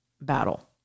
battle